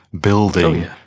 building